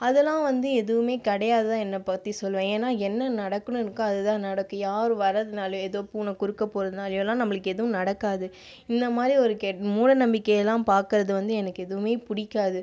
அதெல்லாம் வந்து எதுவுமே கிடையாது தான் என்ன பற்றி சொல்லுவேன் ஏன்னால் என்ன நடக்கனுனு இருக்கோ அது தான் நடக்கும் யார் வரதுனாலோ ஏதோ பூனை குறுக்க போகிறதுனால இதெல்லாம் நம்மளுக்கு எதுவும் நடக்காது இந்த மாதிரி ஒரு மூடநம்பிக்கையெல்லாம் பார்க்குறது வந்து எனக்கு எதுவுமே பிடிக்காது